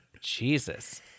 Jesus